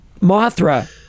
Mothra